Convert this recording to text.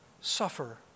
suffer